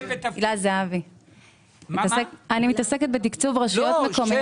אני עוברת על הקולות הקוראים - לא רק